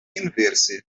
inverse